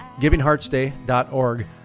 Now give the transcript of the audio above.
givingheartsday.org